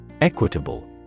Equitable